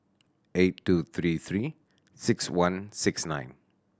eight two three Three Six One six nine